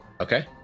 Okay